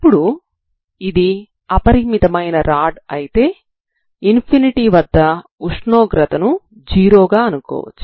ఇప్పుడు ఇది అపరిమితమైన రాడ్ అయితే ∞ వద్ద ఉష్ణోగ్రతను 0 గా అనుకోవచ్చు